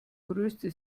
größte